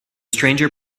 stranger